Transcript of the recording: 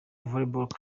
volleyball